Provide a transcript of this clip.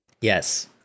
yes